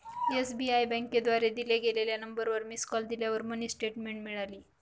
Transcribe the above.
SBI बँकेद्वारे दिल्या गेलेल्या नंबरवर मिस कॉल दिल्यावर मिनी स्टेटमेंट मिळाली